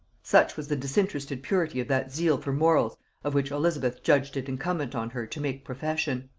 such was the disinterested purity of that zeal for morals of which elizabeth judged it incumbent on her to make profession!